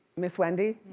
miss wendy?